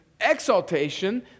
exaltation